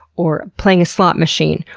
or playing a slot machine,